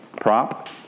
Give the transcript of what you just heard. Prop